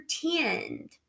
pretend